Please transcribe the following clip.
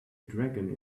dragon